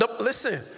listen